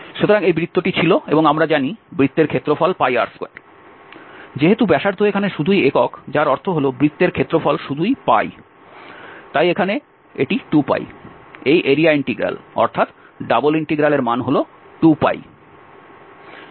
সুতরাং এই বৃত্তটি ছিল এবং আমরা জানি বৃত্তের ক্ষেত্রফল r2 যেহেতু ব্যাসার্ধ এখানে শুধুই একক যার অর্থ হল বৃত্তের ক্ষেত্রফল শুধুই তাই এখানে এটি 2π এই এরিয়া ইন্টিগ্রাল অর্থাৎ এই ডাবল ইন্টিগ্রাল এর মান হল 2